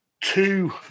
Two